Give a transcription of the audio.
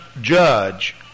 judge